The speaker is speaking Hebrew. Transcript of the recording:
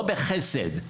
ולא בחסד,